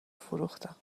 فروختم